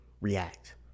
react